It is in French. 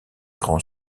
grand